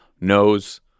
knows